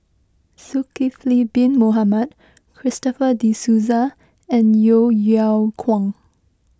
Zulkifli Bin Mohamed Christopher De Souza and Yeo Yeow Kwang